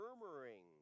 murmuring